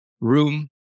room